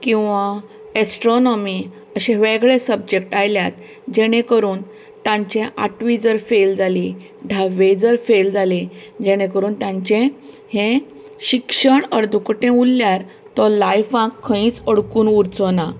किंवां एस्ट्रोनाॅमी अशे वेगळे सब्जक्ट आयल्यात जेणें करून तांचे आठवी जर फेल जालीं धावेक जर फेल जालीं जेणें करून तांचें हें शिक्षण अर्दकुटें उरल्यार तो लायफांत खंयच अडकून उरचो ना